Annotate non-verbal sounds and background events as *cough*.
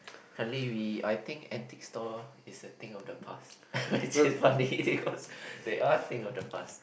hardly we I think antique store is a thing of the past *laughs* which is funny because they are a thing of the past